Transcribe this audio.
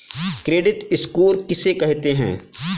Credit score किसे कहते हैं?